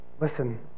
Listen